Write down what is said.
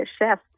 chef